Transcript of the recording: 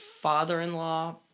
father-in-law